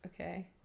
Okay